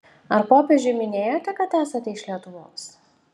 ar popiežiui minėjote kad esate iš lietuvos